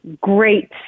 great